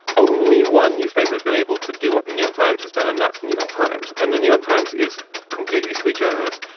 only one newspaper has been able to do what the new york times has done, and that's the new york times. and the new york times is completely sweet, generous.